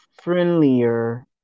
friendlier